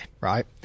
right